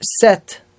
set